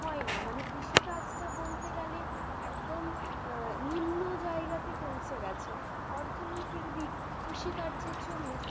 হয় না মানে কৃষিকাজটা বলতে গেলে একদম নিম্ন জায়গাতে পৌঁছে গেছে অর্থনৈতিক দিক কৃষিকার্যের জন্য